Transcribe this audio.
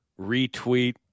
retweet